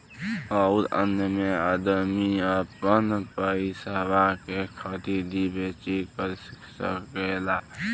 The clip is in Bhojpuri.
अउर अन्य मे अदमी आपन पइसवा के खरीदी बेची कर सकेला